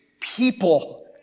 people